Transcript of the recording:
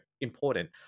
important